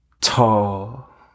tall